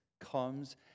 comes